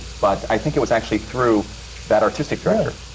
but i think it was actually through that artistic director,